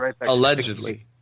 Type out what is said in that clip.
allegedly